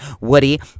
Woody